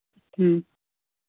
ह्म्म